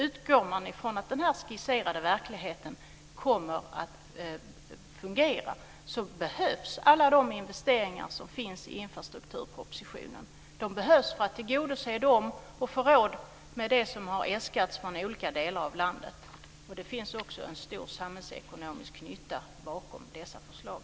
Om man utgår från att detta kommer att fungera i verkligheten behövs alla de investeringar som föreslås i infrastrukturpropositionen. De behövs för att tillgodose det som har äskats från olika delar av landet. Det finns också en stor samhällsekonomisk nytta bakom dessa förslag.